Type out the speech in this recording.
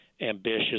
ambitious